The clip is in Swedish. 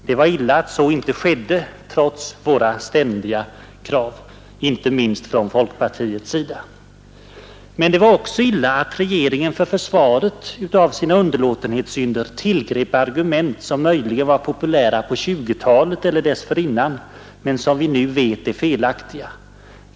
Det var illa att så inte skedde, trots våra ständiga krav, inte minst från folkpartiets sida. Men det var också illa att regeringen vid försvaret av sina underlåtenhetssynder tillgrep argument som möjligen var populära på 1920-talet eller dessförinnan men som vi nu vet är felaktiga.